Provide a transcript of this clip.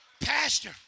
pastor